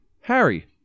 Harry